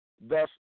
thus